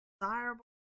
desirable